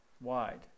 Wide